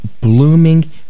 blooming